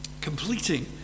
completing